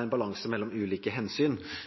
en balanse mellom ulike hensyn. Så jeg mener at hvis en flytter makta fra Statsforvalteren, får en fort en uthuling av prinsippet, og det